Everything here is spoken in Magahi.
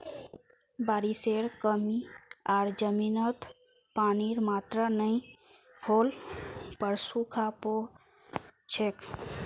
बारिशेर कमी आर जमीनत पानीर मात्रा नई होल पर सूखा पोर छेक